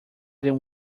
than